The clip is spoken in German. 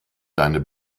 deine